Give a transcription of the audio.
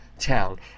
town